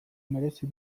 merezi